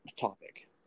topic